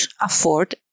afford